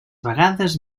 vegades